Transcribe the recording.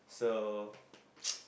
so